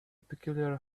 peculiar